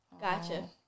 Gotcha